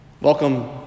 Welcome